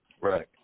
right